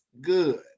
good